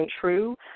true